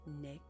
Nick